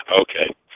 Okay